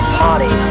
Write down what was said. party